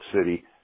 City